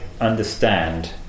understand